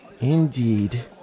Indeed